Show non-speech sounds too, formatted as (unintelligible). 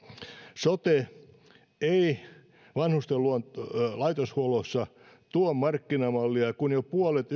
sote ei vanhusten laitoshuollossa tuo markkinamallia kun jo puolet (unintelligible)